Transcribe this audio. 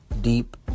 deep